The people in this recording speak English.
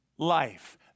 life